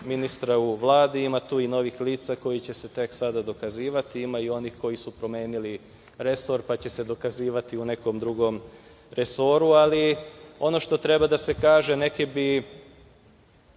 ministra u Vladi, ima tu i novih lica koji će se tek sada dokazivati, ima i onih koji su promenili resor, pa će se dokazivati u nekom drugom resoru, ali ono što treba da se kaže neki bi